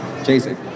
Jason